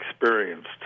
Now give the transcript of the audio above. experienced